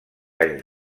anys